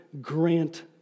grant